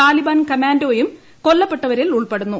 താലിബാൻ കമാൻഡോയും കൊല്ലപ്പെട്ടവരിൽ ഉൾപ്പെടും